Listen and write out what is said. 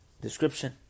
description